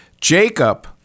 Jacob